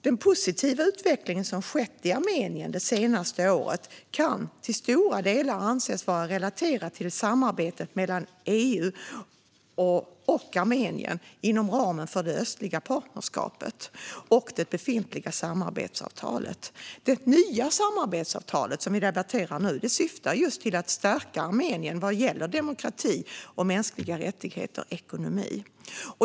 Den positiva utveckling som skett i Armenien det senaste året kan till stora delar anses vara relaterad till samarbetet mellan EU och Armenien inom ramen för det östliga partnerskapet och det befintliga samarbetsavtalet. Det nya samarbetsavtalet, som vi debatterar nu, syftar till att ytterligare stärka Armenien vad gäller demokrati och mänskliga rättigheter och ekonomi.